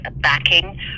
backing